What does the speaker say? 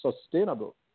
sustainable